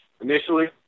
initially